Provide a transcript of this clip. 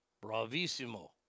Bravissimo